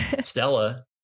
Stella